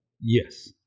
Yes